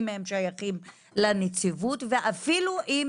במידה והם שייכים לנציבות ואפילו אם